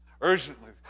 urgently